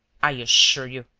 i assure you.